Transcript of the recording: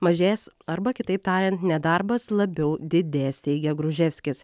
mažės arba kitaip tariant nedarbas labiau didės teigia gruževskis